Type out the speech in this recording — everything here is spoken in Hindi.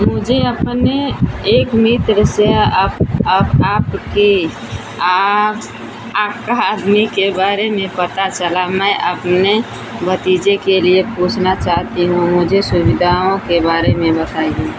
मुझे अपने एक मित्र से आप अप् आपकी अ अकादमी के बारे में पता चला मैं अपने भतीजे के लिए पूछना चाहती हूँ मुझे सुविधाओं के बारे में बताएँ